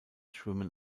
schwimmen